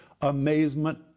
amazement